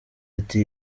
ati